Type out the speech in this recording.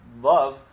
love